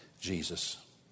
Jesus